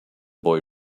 boy